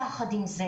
יחד עם זה,